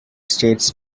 states